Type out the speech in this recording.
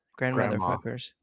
Grandmotherfuckers